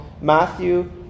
Matthew